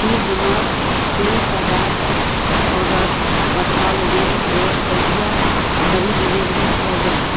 कि हमर पेय पदार्थके ऑडर पठाओल गेल ओ कहिआधरि डिलिवरी भऽ जाएत